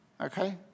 Okay